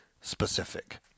specific